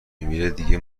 میمیره، دیگه